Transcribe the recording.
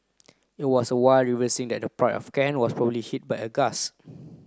it was while reversing that the Pride of Kent was probably hit by a gust